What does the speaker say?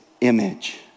image